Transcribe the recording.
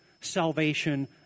salvation